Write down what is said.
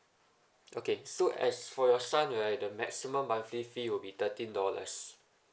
okay so as for your son right the maximum monthly fee will be thirteen dollars